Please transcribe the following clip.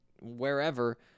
wherever